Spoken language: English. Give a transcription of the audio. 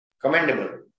commendable